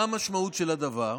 מה המשמעות של הדבר?